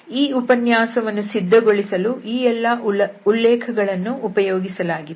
ಈ ಉಪನ್ಯಾಸವನ್ನು ಸಿದ್ಧಗೊಳಿಸಲು ಈ ಎಲ್ಲಾ ಉಲ್ಲೇಖಗಳನ್ನು ಉಪಯೋಗಿಸಲಾಗಿದೆ